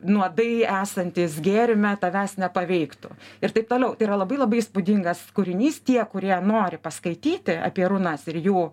nuodai esantys gėrime tavęs nepaveiktų ir taip toliau tai yra labai labai įspūdingas kūrinys tie kurie nori paskaityti apie runas ir jų